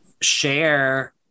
share